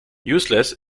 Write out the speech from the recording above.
useless